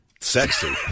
Sexy